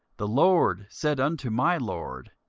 the lord said unto my lord,